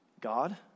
God